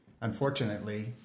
unfortunately